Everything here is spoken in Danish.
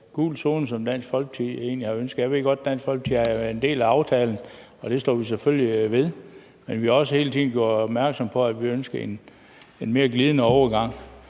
gul zone, som Dansk Folkeparti egentlig har ønsket. Jeg ved godt, Dansk Folkeparti har været en del af aftalen, og den står vi selvfølgelig ved, men vi har også hele tiden gjort opmærksom på, at vi ønskede en mere glidende overgang.